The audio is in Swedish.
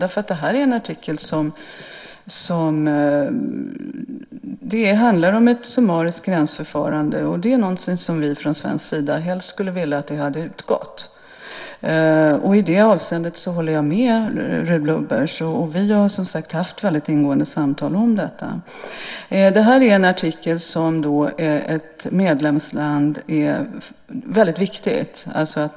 Det är en artikel som handlar om ett summariskt gränsförfarande. Det är något som vi från svensk sida helst hade sett skulle ha utgått. I det avseendet håller jag med Ruud Lubbers. Vi har haft väldigt ingående samtal om detta. Detta är en artikel som är väldigt viktig.